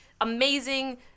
amazing